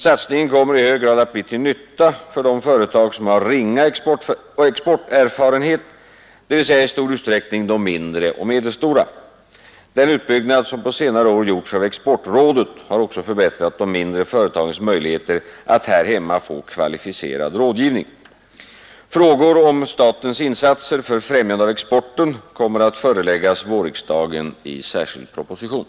Satsningen kommer i hög grad att bli till nytta för de företag som har ringa exporterfarenhet, dvs. i stor utsträckning de mindre och medelstora. Den utbyggnad som på senare år gjorts av exportrådet har också förbättrat de mindre företagens möjligheter att här hemma få kvalificerad rådgivning. Frågor om statens insatser för främjande av exporten kommer att föreläggas vårriksdagen i särskild proposition.